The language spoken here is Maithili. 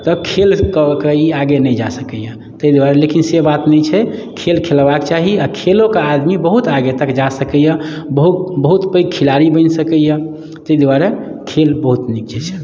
तऽ खेल कऽ कऽ ई आगे नहि जा सकैए ताहि दुआरे लेकिन से बात नहि छै खेल खेलबाक चाही आ खेलो कऽ आदमी बहुत आगे तक जा सकैए बहुत बहुत पैघ खिलाड़ी बनि सकैए ताहि दुआरे खेल बहुत नीक छै